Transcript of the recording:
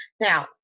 Now